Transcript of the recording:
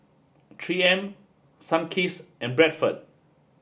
three M Sunkist and Bradford